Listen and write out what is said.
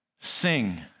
Sing